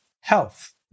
Health